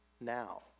now